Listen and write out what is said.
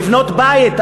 לבנות בית,